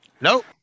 Nope